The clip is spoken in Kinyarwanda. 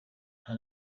nta